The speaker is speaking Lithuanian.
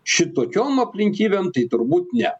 šitokiom aplinkybėm tai turbūt ne